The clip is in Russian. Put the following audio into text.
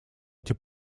эти